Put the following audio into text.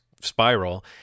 spiral